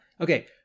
Okay